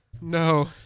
no